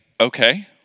okay